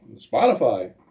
Spotify